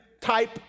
type